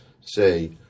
say